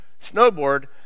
snowboard